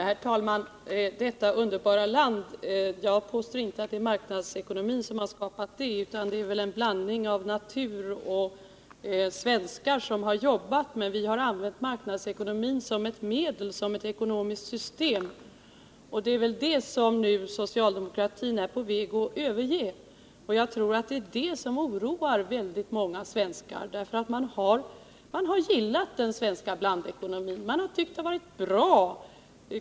Herr talman! Jag påstår inte att det är marknadsekonomin som skapat detta underbara land, utan det är väl en blandning av natur och svenskar som har jobbat. Men vi har använt marknadsekonomin som ett medel, som ett ekonomiskt system, och det är väl det som nu socialdemokratin är på väg att överge. Jag tror att det är detta som oroar väldigt många svenskar, för man har gillat den svenska blandekonomin och tyckt att den fungerat bra.